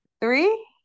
Three